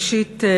ראשית,